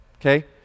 Okay